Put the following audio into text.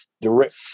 direct